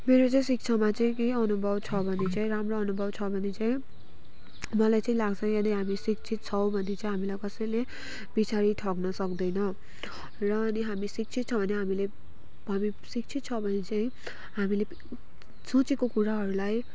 मेरो चाहिँ शिक्षामा चाहिँ के अनुभव छ भने चाहिँ राम्रो अनुभव छ भने चाहिँ मलाई चाहिँ लाग्छ कि यदि हामी शिक्षित छौँ भने चाहिँ कसैले पछाडि ठग्न सक्दैन र अनि हामी शिक्षित छौँ भने हामीले हामी शिक्षित छ भने चाहिँ हामीले सोचेको कुराहरूलाई